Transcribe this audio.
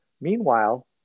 meanwhile